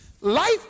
Life